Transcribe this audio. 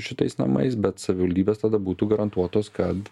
šitais namais bet savivaldybės tada būtų garantuotos kad